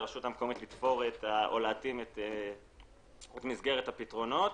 לרשות המקומית להתאים את מסגרת הפתרונות.